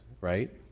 right